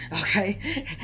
okay